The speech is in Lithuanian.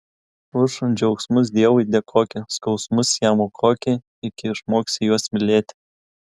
už džiaugsmus dievui dėkoki skausmus jam aukoki iki išmoksi juos mylėti